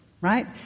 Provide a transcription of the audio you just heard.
right